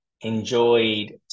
enjoyed